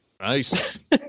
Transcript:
Nice